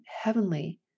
heavenly